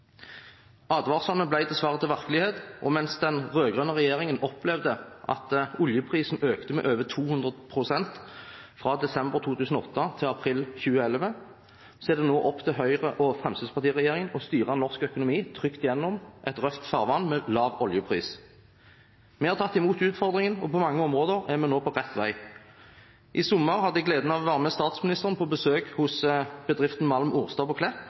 til virkelighet, og mens den rød-grønne regjeringen opplevde at oljeprisen økte med over 200 pst. fra desember 2008 til april 2011, er det nå opp til Høyre–Fremskrittsparti-regjeringen å styre norsk økonomi trygt gjennom et røft farvann med lav oljepris. Vi har tatt imot utfordringen, og på mange områder er vi nå på rett vei. I sommer hadde jeg gleden av å være med statsministeren på besøk hos bedriften Malm Orstad på Klepp,